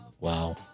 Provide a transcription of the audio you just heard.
Wow